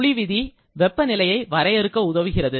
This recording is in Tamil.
சுழி விதி வெப்பநிலையை வரையறுக்க உதவுகிறது